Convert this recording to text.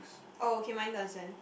oh okay mine doesn't